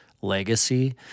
legacy